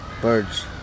Birds